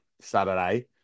Saturday